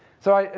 so i,